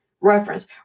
reference